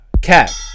cat